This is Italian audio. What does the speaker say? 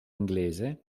inglese